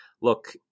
look